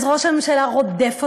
אז ראש הממשלה רודף אותם,